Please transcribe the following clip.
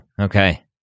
Okay